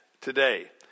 today